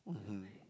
mmhmm